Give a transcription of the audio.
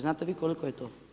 Znate vi koliko je to?